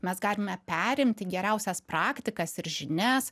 mes galime perimti geriausias praktikas ir žinias